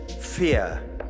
Fear